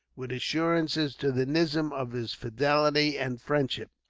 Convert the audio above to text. with assurances to the nizam of his fidelity and friendship.